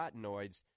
carotenoids